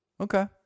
Okay